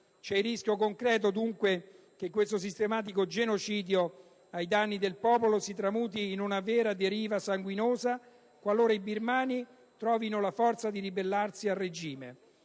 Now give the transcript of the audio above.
il rischio concreto che questo sistematico genocidio ai danni del popolo si tramuti in una vera deriva sanguinosa qualora i birmani trovino la forza di ribellarsi al regime.